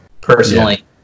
personally